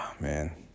Man